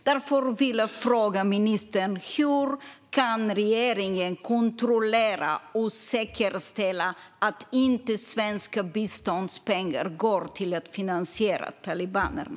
Därför vill jag fråga statsrådet Peter Eriksson: Hur kan regeringen kontrollera och säkerställa att svenska biståndspengar inte går till att finansiera talibanerna?